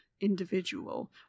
individual